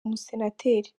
umusenateri